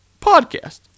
podcast